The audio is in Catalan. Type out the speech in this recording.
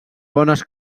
bones